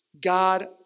God